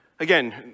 Again